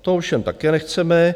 To ovšem také nechceme.